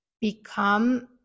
become